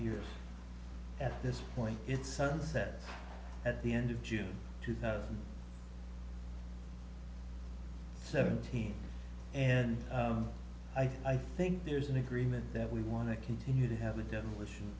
years at this point it's sunset at the end of june two thousand and seventeen and i think there's an agreement that we want to continue to have a demolition